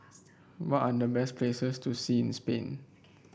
what are the best places to see in Spain